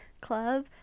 Club